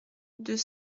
deux